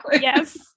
Yes